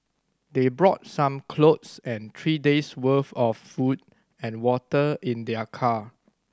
they brought some clothes and three days' worth of food and water in their car